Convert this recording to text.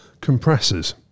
compressors